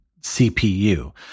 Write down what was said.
cpu